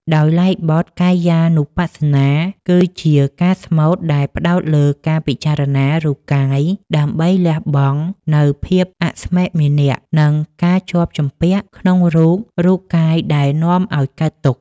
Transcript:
ដោយឡែកបទ កាយានុបស្សនា គឺជាការស្មូតដែលផ្ដោតលើការពិចារណារូបកាយ ដើម្បីលះបង់នូវភាពអស្មិមានៈ និងការជាប់ជំពាក់ក្នុងរូបរូបកាយដែលនាំឱ្យកើតទុក្ខ។